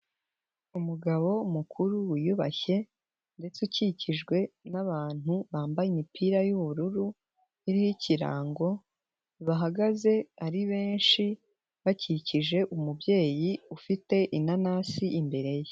Umugabo mukuru wiyubashye ndetse ukikijwe n'abantutu bambaye imipira y'ubururu iriho ikirango, bahagaze ari benshi bakikije umubyeyi ufite inanasi imbere ye.